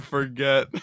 Forget